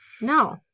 No